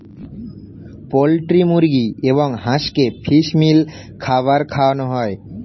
poultry মুরগি এবং হাঁসকে ফিশ মিল খাবার খাওয়ানো হয়